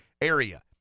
area